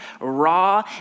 raw